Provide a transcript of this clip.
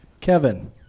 Kevin